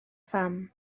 pham